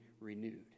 renewed